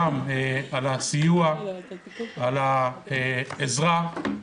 תודה רבה על הסיוע ועל העזרה.